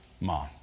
mom